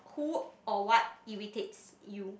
who or what irritates you